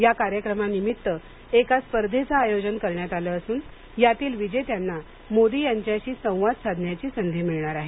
या कार्यक्रमानिमित्त एका स्पर्धेचं आयोजन करण्यात आलं असून यातील विजेत्यांना मोदी यांच्याशी संवाद साधण्याची संधी मिळणार आहे